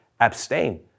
abstain